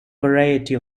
variety